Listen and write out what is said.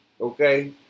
okay